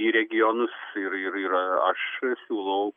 į regionus ir ir aš siūlau